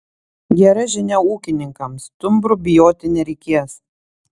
gera žinia ūkininkams stumbrų bijoti nereikės